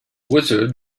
wizard